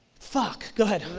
fuck go ahead.